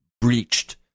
breached